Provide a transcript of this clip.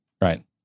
right